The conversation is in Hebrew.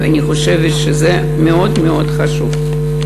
ואני חושבת שזה מאוד מאוד חשוב.